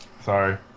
Sorry